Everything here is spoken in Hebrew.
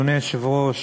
יואב בן צור,